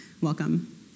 welcome